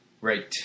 Right